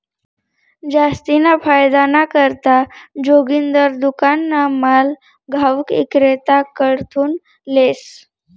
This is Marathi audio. जास्तीना फायदाना करता जोगिंदर दुकानना माल घाऊक इक्रेताकडथून लेस